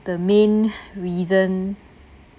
the main reason